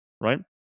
right